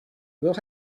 will